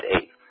eight